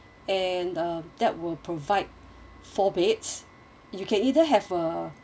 and uh that will provide four beds you can either have uh